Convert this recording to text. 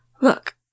Look